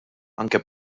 anke